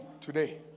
today